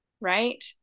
Right